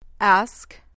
Ask